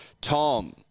Tom